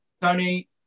Tony